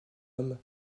homme